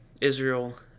Israel